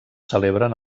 celebren